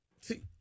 See